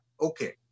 okay